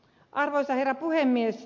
arvoisa herra puhemies